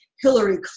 Hillary